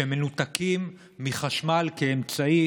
שמנותקים מחשמל כאמצעי